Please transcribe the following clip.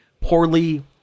poorly